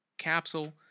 Capsule